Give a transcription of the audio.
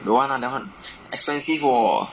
don't want lah that [one] expensive !whoa!